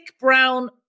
brown